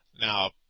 Now